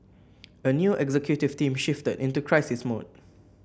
a new executive team shifted into crisis mode